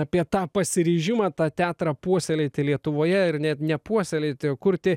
apie tą pasiryžimą tą teatrą puoselėti lietuvoje ir net ne puoselėti o kurti